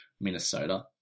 Minnesota